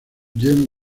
jean